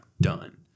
done